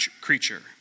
creature